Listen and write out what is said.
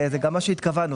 זה גם מה שהתכוונו.